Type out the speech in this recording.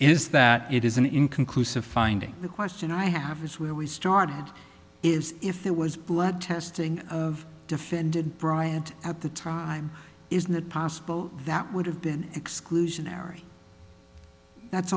is that it is an inconclusive finding the question i have is where we started is if there was blood testing of defended bryant at the time isn't it possible that would have been exclusionary that's